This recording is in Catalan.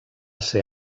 ser